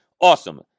Awesome